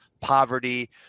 poverty